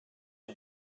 you